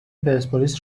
پرسپولیس